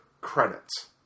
Credits